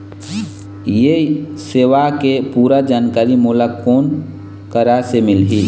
ये सेवा के पूरा जानकारी मोला कोन करा से मिलही?